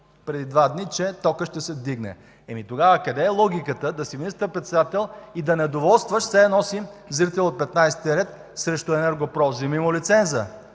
преди два дни, че токът ще се вдигне. Тогава къде е логиката да си министър-председател и да недоволстваш – все едно си зрител от 15 ред, срещу „Енерго-Про”? Вземи му лиценза!